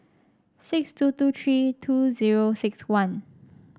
six two two three two zero six one